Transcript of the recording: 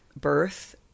birth